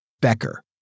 Becker